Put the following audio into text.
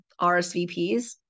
RSVPs